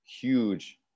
huge